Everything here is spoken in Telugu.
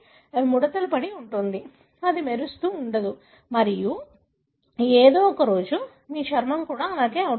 ఇది ముడతలు పడి ఉంటుంది అది మెరుస్తూ ఉండదు మరియు ఏదో ఒక రోజు మీ చర్మం కూడా అలా అవుతుంది